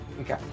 Okay